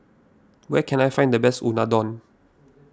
where can I find the best Unadon